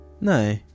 No